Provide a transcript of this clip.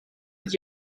het